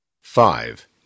Five